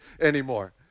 anymore